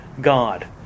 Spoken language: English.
God